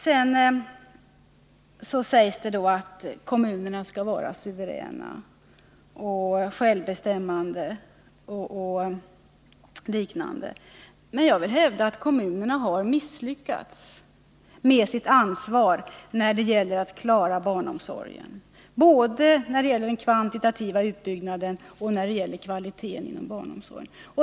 Sedan sägs det att kommunerna skall vara suveräna, självbestämmande m.m. Jag vill hävda att kommunerna har misslyckats med sitt ansvar när det gäller att klara barnomsorgen i fråga om både den kvantitativa utbyggnaden och kvaliteten inom barnomsorgen.